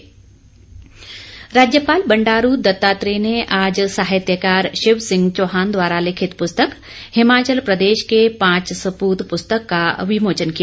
विमोचन राज्यपाल बंडारू दत्तात्रेय ने आज साहित्य कार शिव सिंह चौहान द्वारा लिखित पुस्तक हिमाचल प्रदेश के पांच सपूत पुस्तक का विमोचन किया